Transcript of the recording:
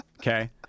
Okay